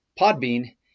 Podbean